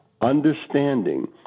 understanding